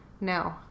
No